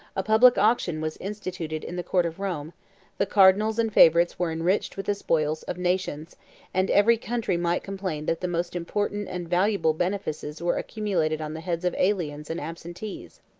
a public auction was instituted in the court of rome the cardinals and favorites were enriched with the spoils of nations and every country might complain that the most important and valuable benefices were accumulated on the heads of aliens and absentees.